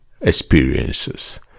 experiences